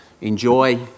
enjoy